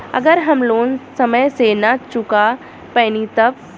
अगर हम लोन समय से ना चुका पैनी तब?